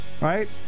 right